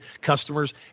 customers